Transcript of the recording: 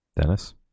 Dennis